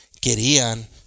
querían